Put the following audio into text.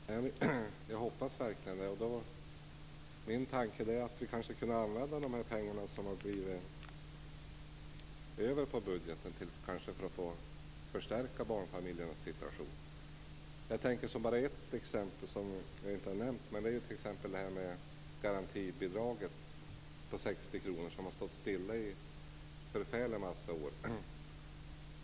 Herr talman! Det hoppas jag verkligen. Min tanke är att vi kanske skulle kunna använda de pengar som har blivit över i budgeten till att förstärka barnfamiljernas situation. Jag tänkte bara på ett exempel, som jag inte har nämnt. Det är det här med garantibidraget på 60 kr. Det har stått stilla i en förfärlig massa år.